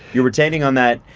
you're retaining on that.